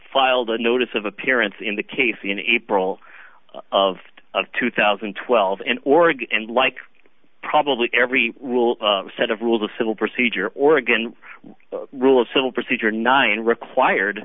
filed a notice of appearance in the case in april of two thousand and twelve in oregon and like probably every rule set of rules of civil procedure oregon rule of civil procedure nine required